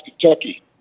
Kentucky